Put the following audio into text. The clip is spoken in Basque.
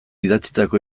idatzitako